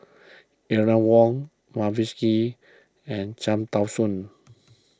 Eleanor Wong Mavis Hee and Cham Tao Soon